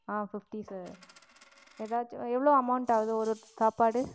fifty sir எதாச்சும் எவ்வளோ amount ஆகுது ஒரு சாப்பாடு